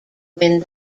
win